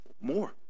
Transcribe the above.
More